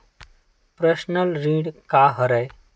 Personal ऋण का हरय?